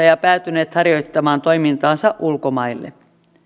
ja ja päätyneet harjoittamaan toimintaansa ulkomaille